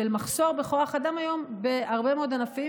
מחסור בכוח אדם היום בהרבה מאוד ענפים.